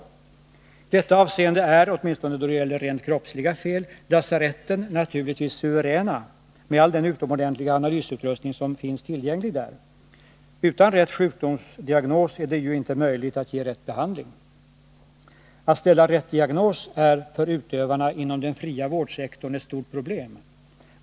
I detta avseende är — åtminstone då det gäller rent kroppsliga fel — lasaretten naturligtvis suveräna med all den utomordentliga analysutrustning som finns tillgänglig där. Utan rätt sjukdomsdiagnos är det ju inte möjligt att ge rätt behandling. Attställa rätt diagnos är för utövarna inom ”den fria vårdsektorn” ett stort problem.